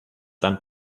seinen